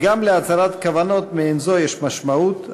וגם להצהרת כוונות מעין זו יש משמעות,